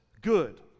good